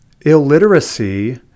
illiteracy